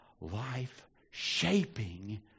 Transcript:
life-shaping